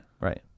Right